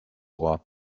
ohr